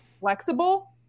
flexible